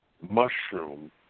mushroom